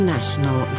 National